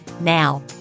Now